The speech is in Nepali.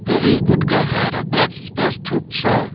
फेरि गुट्का खाएर प्याच प्याच थुक्छ